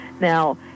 Now